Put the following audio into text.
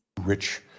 Rich